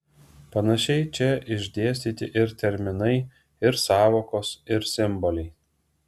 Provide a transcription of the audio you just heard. panašiai čia išdėstyti ir terminai ir sąvokos ir simboliai